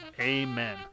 Amen